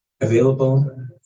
available